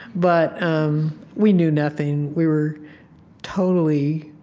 but um we knew nothing. we were totally